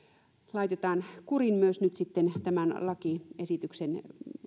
laitetaan kuriin nyt myös tämän lakiesityksen